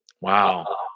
Wow